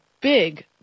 big